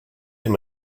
him